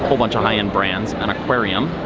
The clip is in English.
whole bunch of high-end brands, an aquarium,